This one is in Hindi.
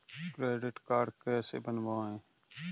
क्रेडिट कार्ड कैसे बनवाएँ?